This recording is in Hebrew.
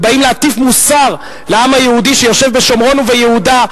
ובאים להטיף מוסר לעם היהודי שיושב בשומרון וביהודה,